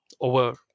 over